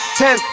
ten